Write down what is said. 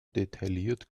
detailliert